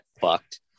fucked